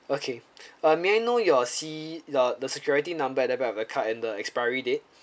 um may I know your C your the security number at the back of the car and the expiry date